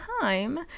time